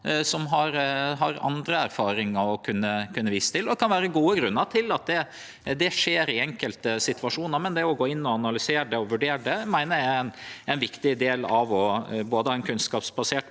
som har andre erfaringar å kunne vise til. Det kan vere gode grunnar til at det skjer i enkelte situasjonar, men det å gå inn og analysere og vurdere meiner eg er ein viktig del av både å ha ein kunnskapsbasert